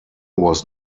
was